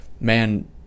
man